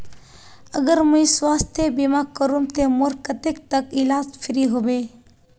अगर मुई स्वास्थ्य बीमा करूम ते मोर कतेक तक इलाज फ्री होबे?